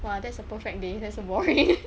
!wah! that's a perfect day like so boring